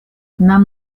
нам